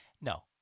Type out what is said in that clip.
No